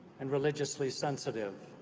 and religiously sensitive.